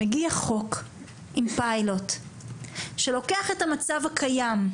מגיע חוק עם פיילוט שלוקח את המצב הקיים,